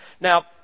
Now